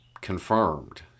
Confirmed